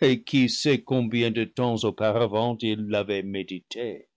et qui sait combien de temps auparavant il l'avait médité